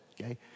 Okay